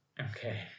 Okay